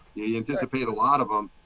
you anticipate a lot of them.